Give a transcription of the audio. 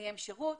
מסיים שירות,